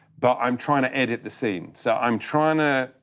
but i'm trying to edit the scene so i'm trying to,